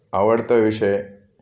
आवडता विषय